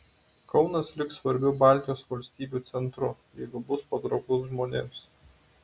kaunas liks svarbiu baltijos valstybių centru jeigu bus patrauklus žmonėms